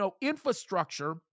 infrastructure